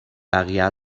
بقیه